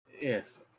Yes